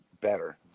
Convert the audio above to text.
better